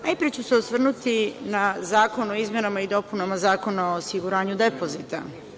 Najpre ću se osvrnuti na zakon o izmenama i dopunama Zakona o osiguranju depozita.